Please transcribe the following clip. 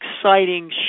exciting